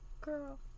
Girl